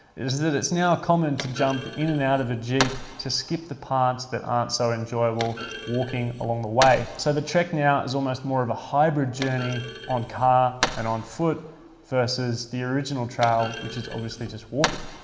is that it's now common to jump in and out of a jeep to skip the parts that aren't so enjoyable walking along the way. so the trek now is almost more of a hybrid journey in car and on foot versus the original trail which was obviously just walking.